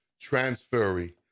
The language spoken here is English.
transferring